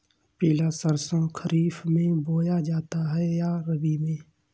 पिला सरसो खरीफ में बोया जाता है या रबी में?